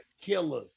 killer